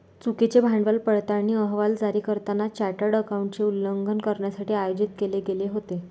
चुकीचे भांडवल पडताळणी अहवाल जारी करताना चार्टर्ड अकाउंटंटचे उल्लंघन करण्यासाठी आयोजित केले गेले होते